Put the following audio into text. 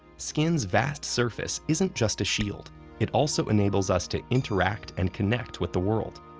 skin's vast surface isn't just a shield it also enables us to interact and connect with the world.